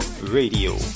Radio